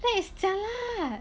that is jialat yeah